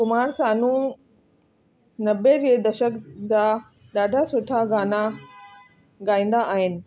कुमार सानू नबे जे दशक जा ॾाढा सुठा गाना गाईंदा आहिनि